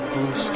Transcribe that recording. Blue